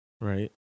right